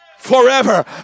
forever